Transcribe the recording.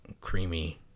creamy